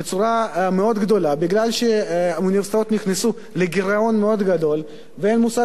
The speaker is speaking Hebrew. כי האוניברסיטאות נכנסו לגירעון מאוד גדול ואין מוסד